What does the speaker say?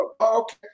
okay